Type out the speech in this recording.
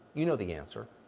you know the answer.